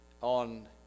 on